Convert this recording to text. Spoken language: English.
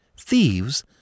Thieves